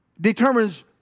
determines